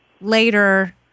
later